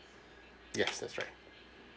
yes that's right